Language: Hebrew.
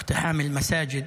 (אומר בערבית:),